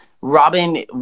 Robin